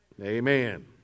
Amen